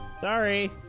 Sorry